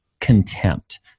contempt